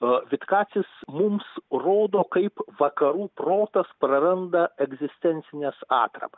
a vitkacis mums rodo kaip vakarų protas praranda egzistencines atramas